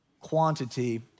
quantity